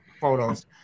photos